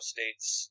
State's